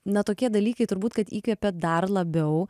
na tokie dalykai turbūt kad įkvepia dar labiau